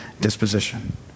disposition